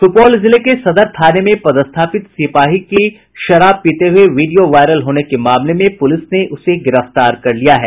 सुपौल जिले के सदर थाने में पदस्थापित सिपाही की शराब पीते हुये वीडियो वायरल होने के मामले में पुलिस ने उसे गिरफ्तार कर लिया है